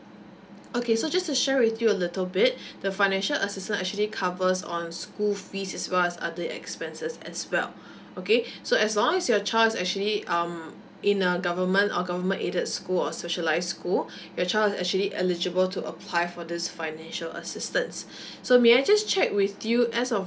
okay so just to share with you a little bit the financial assistance actually covers on school fees as well as other expenses as well okay so as long as your child is actually um in a government or government aided school or socialize school your child is actually eligible to apply for this financial assistance so may I just check with you as of